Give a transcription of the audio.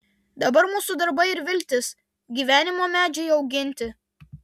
dabar mūsų darbai ir viltys gyvenimo medžiui auginti